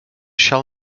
shall